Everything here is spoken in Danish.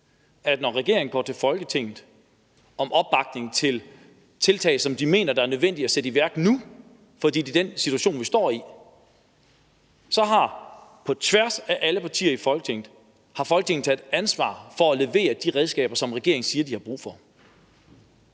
at når regeringen går til Folketinget og beder om opbakning til tiltag, som de mener er nødvendige at sætte i værk nu, fordi det er den situation, vi står i, har Folketinget på tværs af alle partier taget ansvar for at levere de redskaber, som regeringen siger de har brug for.